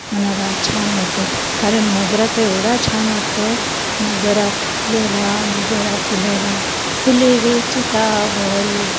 मनाला छान वाटते कारण मोगरा तर एवढा छान वाटतो मोगरा फुलला मोगरा फुलला फुले वेचिता बहरू